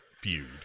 feud